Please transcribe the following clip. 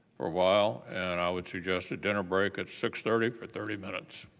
for a while. and i would suggest a dinner break at six thirty for thirty minutes.